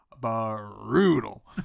brutal